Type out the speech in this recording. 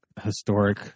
historic